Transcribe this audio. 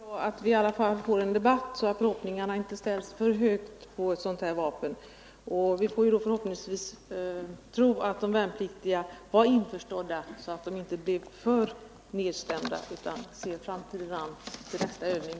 Herr talman! Då kanske det är bra att vi i alla fall får en debatt, så att förhoppningarna på ett sådant här vapen inte ställs för högt. Vi får hoppas att de värnpliktiga var införstådda med förhållandena, så att de inte blev för nedstämda utan ser tiden an och ser fram mot nästa övning.